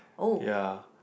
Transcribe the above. ya